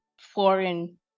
foreign